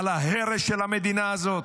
על ההרס של המדינה הזאת?